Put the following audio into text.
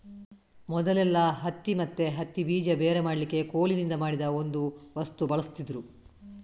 ಮೊದಲೆಲ್ಲಾ ಹತ್ತಿ ಮತ್ತೆ ಹತ್ತಿ ಬೀಜ ಬೇರೆ ಮಾಡ್ಲಿಕ್ಕೆ ಕೋಲಿನಿಂದ ಮಾಡಿದ ಒಂದು ವಸ್ತು ಬಳಸ್ತಿದ್ರು